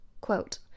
Quote